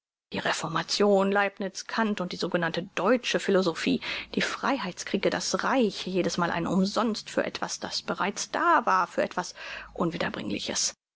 die reformation leibniz kant und die sogenannte deutsche philosophie die freiheits kriege das reich jedesmal ein umsonst für etwas das bereits da war für etwas unwiederbringliches